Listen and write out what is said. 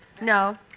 No